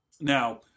Now